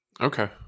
Okay